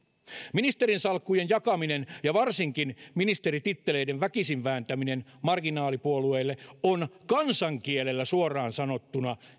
ministerinsalkkujen jakaminen ja varsinkin ministerititteleiden väkisin vääntäminen marginaalipuolueille on kansankielellä suoraan sanottuna